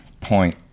point